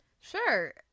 Sure